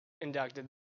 inducted